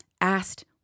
asked